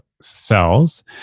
Cells